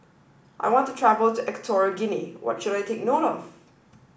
I want to travel to Equatorial Guinea what should I take note of